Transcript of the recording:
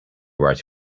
right